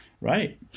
Right